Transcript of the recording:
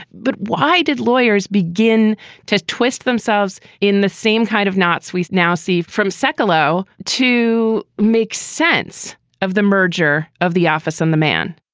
but why did lawyers begin to twist themselves in the same kind of knots we now see from so ciccolo to make sense of the merger of the office and the man?